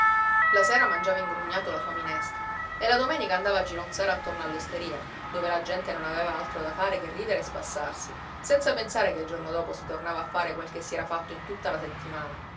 la sera mangiava ingrugnato la sua minestra e la domenica andava a gironzare attorno all'osteria dove la gente non aveva altro da fare che ridere e spassarsi senza pensare che il giorno dopo si tornava a fare quel che si era fatto in tutta la settimana